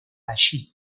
allí